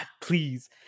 please